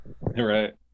Right